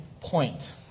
Point